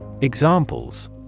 Examples